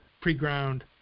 pre-ground